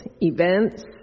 events